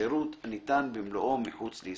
שירות הניתן במלואו מחוץ לישראל.